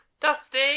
Dusty